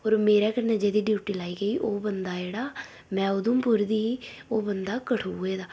होर मेरे कन्नै जेह्दी ड्यूटी ही लाई गेई ओह् बंदा जेह्ड़ा में उधमपुर दी ही ओह् बंदा कठुए दा